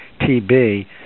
TB